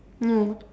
no